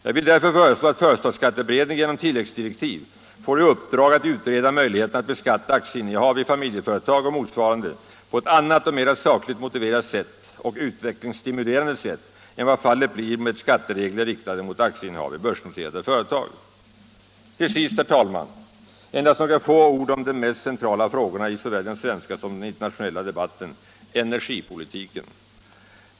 Jag vill därför föreslå att företagsskatteberedningen genom tilläggsdirektiv får i uppdrag att utreda möjligheterna att beskatta aktieinnehav i familjeföretag och motsvarande på ett annat och mera sakligt motiverat och utvecklingsstimulerande sätt än vad fallet blir med skatteregler riktade mot aktieinnehav i börsnoterat företag. Till sist, herr talman, endast några få ord om en av de mest centrala frågorna i såväl den svenska som den internationella debatten, energipolitiken.